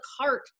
cart